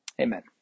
Amen